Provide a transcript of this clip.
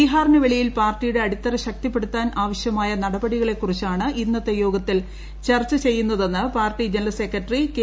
ബീഹാറിന് വെളിയിൽ പാർട്ടിയുടെ അടിത്തറ ശക്തിപ്പെടുത്താൻ ആവശ്യമായ നടപടികളെ കുറിച്ചാണ് ഇന്നത്തെ യോഗത്തിൽ ചർച്ചചെയ്യുന്നതെന്ന് പാർട്ടി ജനറൽ സെക്രട്ടറി കെ